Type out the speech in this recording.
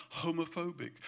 homophobic